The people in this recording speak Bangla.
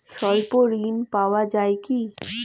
স্বল্প ঋণ পাওয়া য়ায় কি?